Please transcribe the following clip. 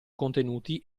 contenuti